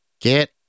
Get